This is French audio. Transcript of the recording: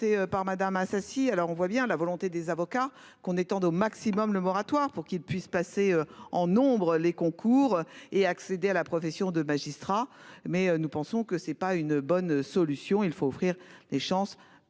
par Madame Assassi. Alors on voit bien la volonté des avocats qu'on étende au maximum le moratoire pour qu'il puisse passer en nombre les concours et accéder à la profession de magistrats mais nous pensons que c'est pas une bonne solution, il faut offrir des chances à